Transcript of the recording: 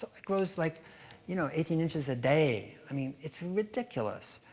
so it grows like you know eighteen inches a day. i mean, it's ridiculous.